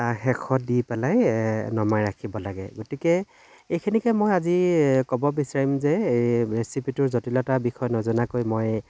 শেষত দি পেলাই নমাই ৰাখিব লাগে গতিকে এইখিনিকে মই আজি ক'ব বিচাৰিম যে ৰেচিপিটোৰ জটিলতা বিষয়ে নজনাকৈ মই